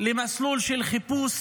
למסלול של חיפוש